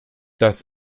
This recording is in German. das